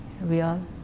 real